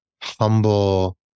humble